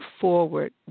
forward